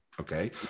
Okay